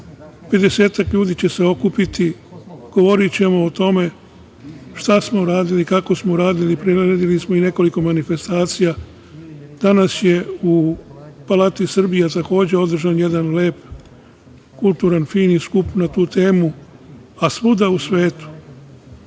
ljudi će se okupiti. Govorićemo o tome šta smo uradili, kako smo uradili, priredili smo i nekoliko manifestacija. Danas je u Palati Srbije, takođe održan jedan lep kulturan, fin skup na tu temu, a svuda u svetu,